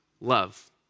love